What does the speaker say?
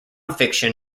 fiction